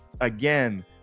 again